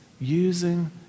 using